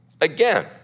again